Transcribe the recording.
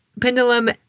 Pendulum